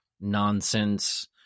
nonsense